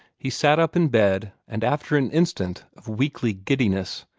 he sat up in bed, and after an instant of weakly giddiness,